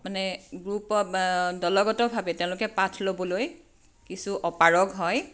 মানে গ্ৰুপ দলগতভাৱে তেওঁলোকে পাঠ ল'বলৈ কিছু অপাৰগ হয়